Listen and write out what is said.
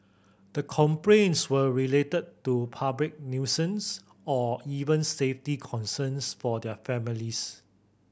the complaints were related to public nuisance or even safety concerns for their families